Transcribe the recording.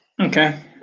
Okay